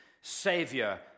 savior